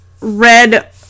red